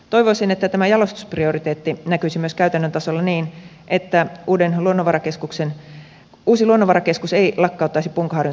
toivoisin että tämä jalostusprioriteetti näkyisi myös käytännön tasolla niin että uusi luonnonvarakeskus ei lakkauttaisi punkaharjun toimipaikkaa